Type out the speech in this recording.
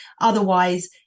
Otherwise